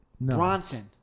Bronson